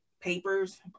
papers